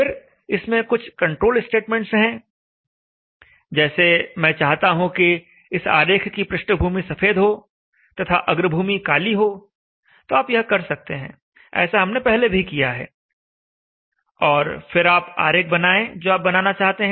फिर इसमें कुछ कंट्रोल स्टेटमेंट्स हैं जैसे मैं चाहता हूं कि इस आरेख की पृष्ठभूमि सफेद हो तथा अग्रभूमि काली हो तो आप यह कर सकते हैं ऐसा हमने पहले भी किया है और फिर आप आरेख बनाएं जो आप बनाना चाहते हैं